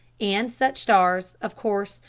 and such stars, of course,